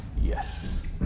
Yes